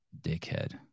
Dickhead